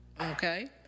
Okay